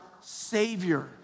Savior